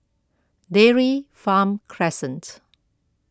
Dairy Farm Crescent